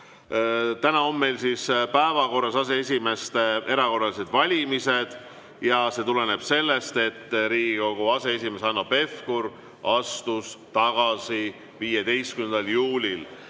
täna on meil päevakorras aseesimeeste erakorraline valimine ja see tuleneb sellest, et Riigikogu aseesimees Hanno Pevkur astus 15. juulil